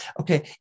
okay